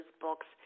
books